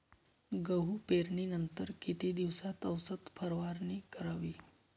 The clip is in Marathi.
गहू पेरणीनंतर किती दिवसात औषध फवारणी करावी?